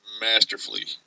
masterfully